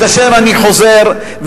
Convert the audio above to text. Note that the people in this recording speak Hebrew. אני אומר לך את אשר אני חוזר ואומר,